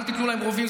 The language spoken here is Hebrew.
"אל תיתנו להם רובים",